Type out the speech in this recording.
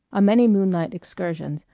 on many moonlight excursions,